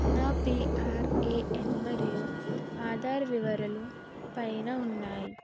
నా పిఆర్ఏఎన్ మరియు ఆధార వివరాలు పైన ఉన్నాయి